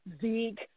Zeke